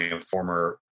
former